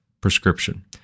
prescription